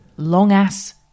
long-ass